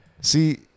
See